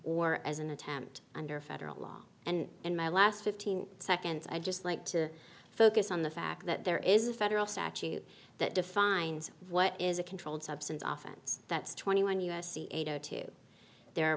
or as an attempt under federal law and in my last fifteen seconds i'd just like to focus on the fact that there is a federal statute that defines what is a controlled substance oftentimes that's twenty one u s c eight o two the